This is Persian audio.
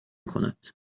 کند